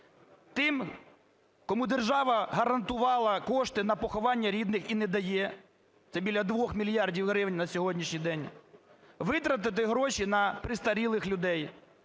тим, кому держава гарантувала кошти на поховання рідних і не дає - це біля 2 мільярдів гривень на сьогоднішній день, - витратити гроші на пристарілих людей,